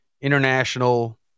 international